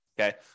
okay